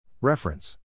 Reference